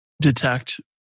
detect